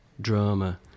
drama